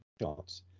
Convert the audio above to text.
shots